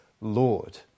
Lord